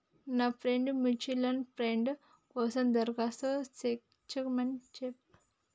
నా friend mutual fund కోసం దరఖాస్తు చేస్కోమని చెప్పిర్రు